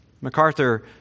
MacArthur